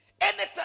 Anytime